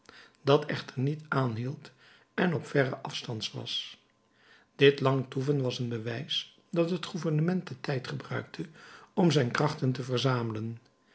dat echter niet aanhield en op verren afstand was dit lang toeven was een bewijs dat het gouvernement den tijd gebruikte om zijn krachten te verzamelen